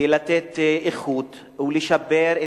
ולתת איכות ולשפר,